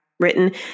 written